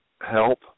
help